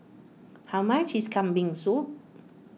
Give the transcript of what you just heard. how much is Kambing Soup